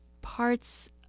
parts